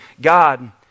God